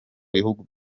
bihugu